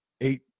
eight